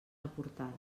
aportades